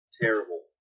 terrible